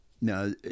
Now